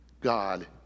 God